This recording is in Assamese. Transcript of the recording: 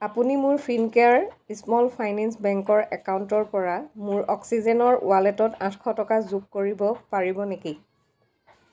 আপুনি মোৰ ফিনকেয়াৰ স্ম'ল ফাইনেন্স বেংকৰ একাউণ্টৰপৰা মোৰ অ'ক্সিজেনৰ ৱালেটত আঠশ টকা যোগ কৰিব পাৰিব নেকি